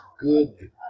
good